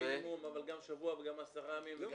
אבל גם שבוע ו-10 ימים.